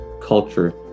culture